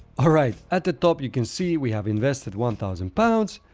ah right, at the top, you can see we have invested one thousand pounds.